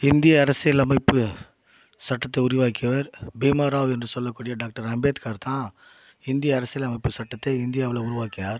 இந்திய அரசியல் அமைப்பு சட்டத்தை உருவாக்கியவர் பீமாராவ் என்று சொல்லக்கூடிய டாக்டர் அம்பேத்கார் தான் இந்திய அரசியல் அமைப்பு சட்டத்தை இந்தியாவில் உருவாக்கினார்